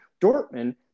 Dortmund